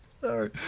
Sorry